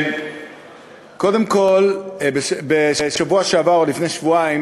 קודם כול, בשבוע שעבר או לפני שבועיים,